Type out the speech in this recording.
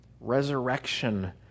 resurrection